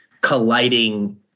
colliding